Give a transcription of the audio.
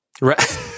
Right